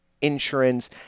insurance